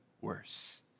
worse